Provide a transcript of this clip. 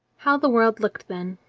how the world looked then